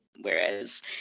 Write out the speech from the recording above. Whereas